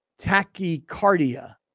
tachycardia